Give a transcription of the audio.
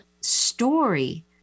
story